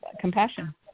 compassion